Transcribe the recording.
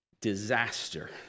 disaster